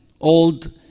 old